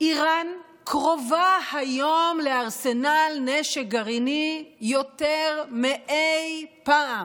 איראן קרובה היום לארסנל נשק גרעיני יותר מאי-פעם,